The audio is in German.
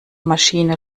maschine